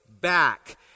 back